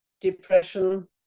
depression